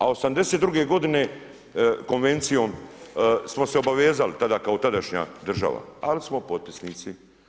A '82. godine konvencijom smo se obavezali kao tadašnja država, ali smo potpisnici.